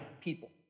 people